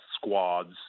squads